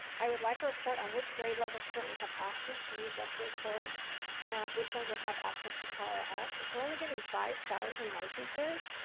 i would like a report on which grade levels currently have access to use lexia core and which ones will have access to power up. if we're only getting five thousand licenses,